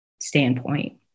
standpoint